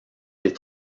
des